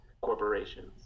corporations